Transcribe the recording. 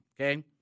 okay